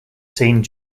scene